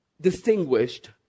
distinguished